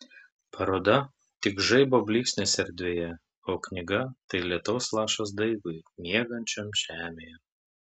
paroda tik žaibo blyksnis erdvėje o knyga tai lietaus lašas daigui miegančiam žemėje